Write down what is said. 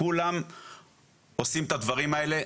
כולם עושים את הדברים האלה.